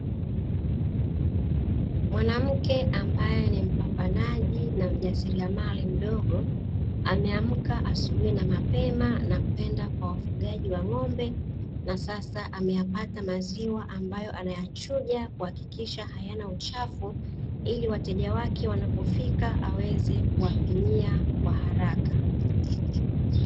Mwanamke ambaye ni mpambanaji na mjasiriamali mdogo, ameamka asubuhi na mapema, na kwenda kwa wafugaji wa ngo'mbe, na sasa ameyapata maziwa ambayo anayachuja, kuhakikisha hayana uchafu, ili wateja wake wanapofika aweze kuwapimia kwa haraka.